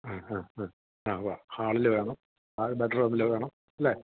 ആ അ അ ആ ഉവ്വ് ഹാളില് വേണം നാല് ബെഡ്റൂമില് വേണം അല്ലേ